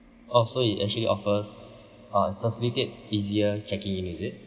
oh so you actually offers uh facilitate easier checking in is it